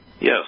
Yes